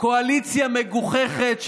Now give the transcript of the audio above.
קואליציה מגוחכת,